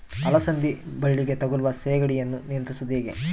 ಅಲಸಂದಿ ಬಳ್ಳಿಗೆ ತಗುಲುವ ಸೇಗಡಿ ಯನ್ನು ನಿಯಂತ್ರಿಸುವುದು ಹೇಗೆ?